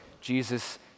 Jesus